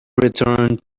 returned